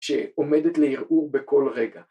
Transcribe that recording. ‫שעומדת לערעור בכל רגע.